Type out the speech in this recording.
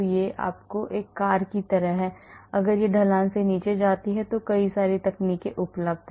यह एक कार की तरह है अगर यह ढलान के नीचे आता है तो कई तकनीकें उपलब्ध हैं